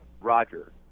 Roger